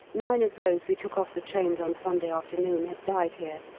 nine of those we took off the trains on sunday afternoon had died here,